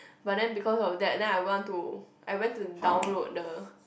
but then because of that then I want to I went to download the